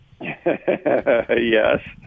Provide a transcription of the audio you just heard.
Yes